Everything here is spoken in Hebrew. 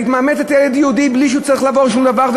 היא מאמצת ילד יהודי בלי שהוא צריך לעבור שום דבר.